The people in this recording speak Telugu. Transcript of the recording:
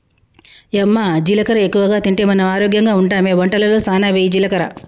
యమ్మ జీలకర్ర ఎక్కువగా తింటే మనం ఆరోగ్యంగా ఉంటామె వంటలలో సానా వెయ్యి జీలకర్ర